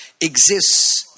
exists